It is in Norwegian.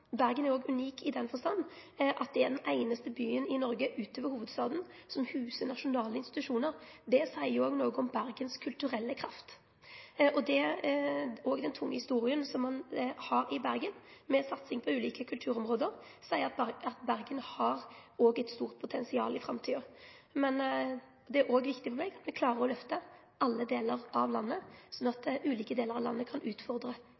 Bergen er også unik i den forstand at det er den einaste byen i Noreg utover hovudstaden som huser nasjonale institusjonar. Det seier også noko om Bergens kulturelle kraft, og den tunge historia som ein har i Bergen med satsing på ulike kulturområde, seier at Bergen har også eit stort potensial i framtida. Men det er også viktig for meg at me klarer å løfte alle delar av landet, slik at ulike delar av landet kan utfordre